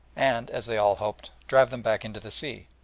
and, as they all hoped, drive them back into the sea,